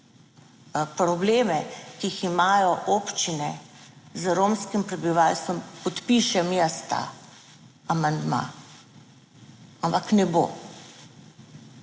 probleme, ki jih imajo občine z romskim prebivalstvom, podpišem jaz ta amandma. Ampak ne bo.